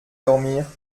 dormir